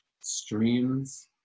streams